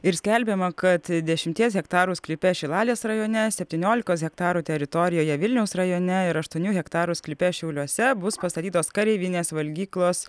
ir skelbiama kad dešimties hektarų sklype šilalės rajone septyniolikos hektarų teritorijoje vilniaus rajone ir aštuonių hektarų sklype šiauliuose bus pastatytos kareivinės valgyklos